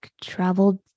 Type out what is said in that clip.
traveled